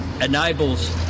enables